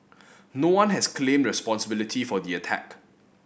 no one has claimed responsibility for the attack